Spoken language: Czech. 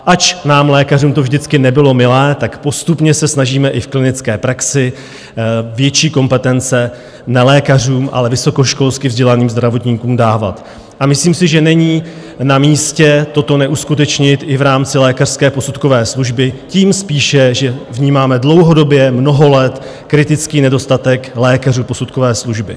Ač nám lékařům to vždycky nebylo milé, postupně se snažíme i v klinické praxi větší kompetence nelékařům, ale vysokoškolsky vzdělaným zdravotníkům dávat, a myslím si, že není namístě toto neuskutečnit i v rámci Lékařské posudkové služby, tím spíše, že vnímáme dlouhodobě, mnoho let, kritický nedostatek lékařů posudkové služby.